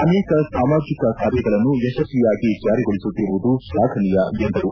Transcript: ಅನೇಕ ಸಾಮಾಜಿಕ ಕಾರ್ಯಗಳನ್ನು ಯಶಸ್ವಿಯಾಗಿ ಜಾರಿಗೊಳಿಸುತ್ತಿರುವುದು ಶ್ಲಾಘನೀಯ ಎಂದರು